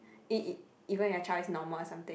E E even if your child is normal or something